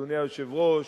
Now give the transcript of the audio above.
אדוני היושב-ראש,